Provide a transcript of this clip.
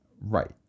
Right